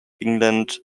england